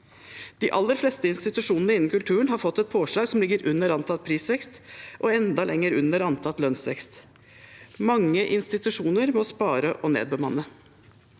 De aller fleste institusjonene innen kulturen har fått et påslag som ligger under antatt prisvekst og enda lenger under antatt lønnsvekst. Mange institusjoner må spare og nedbemanne.